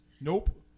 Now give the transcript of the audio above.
Nope